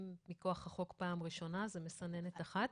מכוח החוק פעם ראשונה זו מסננת אחת.